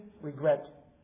regret